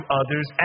others